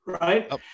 Right